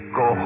go